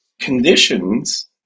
conditions